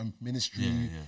ministry